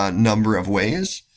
ah number of ways.